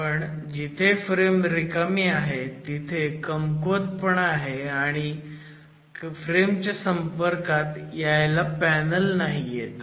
पण जिथे फ्रेम रिकामी आहे तिथे कमकुवतपणा आहे आणि फ्रेम च्या संपर्कात यायला पॅनल नाहीयेत